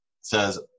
says